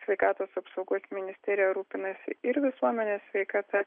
sveikatos apsaugos ministerija rūpinasi ir visuomenės sveikata